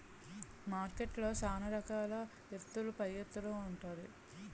మార్కెట్లో సాన రకాల ఎత్తుల పైఎత్తులు ఉంటాది